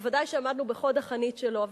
ודאי שעמדנו בחוד החנית שלו.